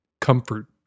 Comfort